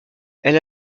elle